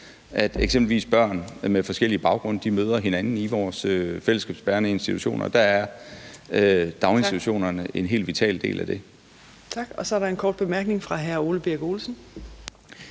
at eksempelvis børn med forskellige baggrunde møder hinanden i vores fællesskabsbærende institutioner, og daginstitutionerne er en helt vital del af det. Kl. 15:03 Fjerde næstformand (Trine Torp): Tak.